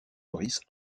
maurice